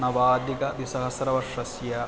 नवाधिकद्विसहस्रतमवर्षस्य